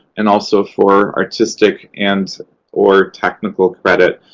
and also for artistic and or technical credit.